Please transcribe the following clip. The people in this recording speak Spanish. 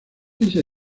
ese